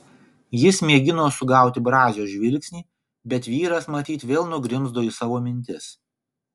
jis mėgino sugauti brazio žvilgsnį bet vyras matyt vėl nugrimzdo į savo mintis